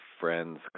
friends